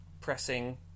pressing